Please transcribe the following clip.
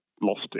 lost